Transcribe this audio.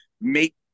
make